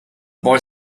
boy